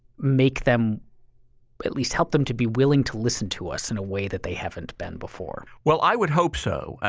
make them at least help them to be willing to listen to us in a way that they haven't been well, i would hope so.